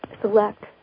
select